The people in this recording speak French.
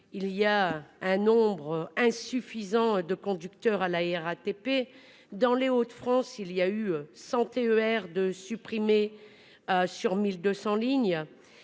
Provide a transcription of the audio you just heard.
il y a un nombre insuffisant de conducteurs à la RATP dans les Hauts-de-France. Il y a eu 100 TER de supprimer. Sur 1200 lignes.